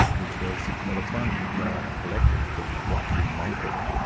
which was, well it's one thing to go out and collect it, but what do we make of it?